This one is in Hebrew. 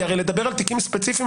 כי הרי לדבר על תיקים ספציפיים,